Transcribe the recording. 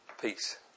peace